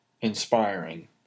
inspiring